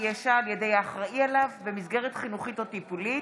ישע על ידי האחראי עליו במסגרת חינוכית או טיפולית),